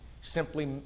simply